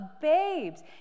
babes